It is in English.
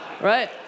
Right